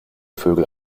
vögel